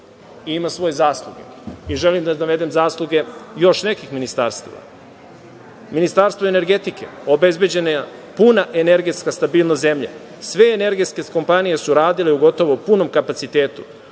ima svoje zasluge. Želim da navedem zasluge još nekih ministarstava. Ministarstvo energetike – obezbeđena puna energetska stabilnost zemlje. Sve energetske kompanije su radile u gotovo punom kapacitetu.U